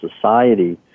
society